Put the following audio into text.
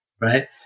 Right